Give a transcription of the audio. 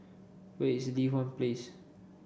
where is Li Hwan Place